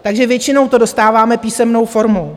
Takže většinou to dostáváme písemnou formou.